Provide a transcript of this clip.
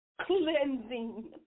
Cleansing